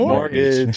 mortgage